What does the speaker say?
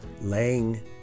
laying